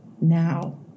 now